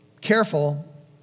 careful